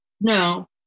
No